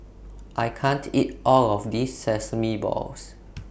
I can't eat All of This Sesame Balls